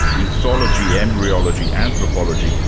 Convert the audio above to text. ethology, embryology, anthropology,